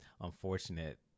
unfortunate